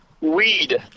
weed